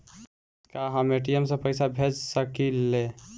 का हम ए.टी.एम से पइसा भेज सकी ले?